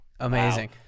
Amazing